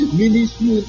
ministry